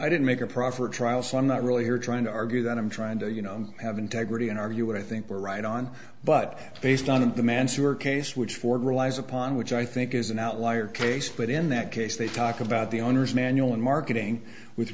i did make a profit or trial so i'm not really here trying to argue that i'm trying to you know have integrity and argue what i think we're right on but based on the mansur case which ford relies upon which i think is an outlier case but in that case they talk about the owner's manual and marketing with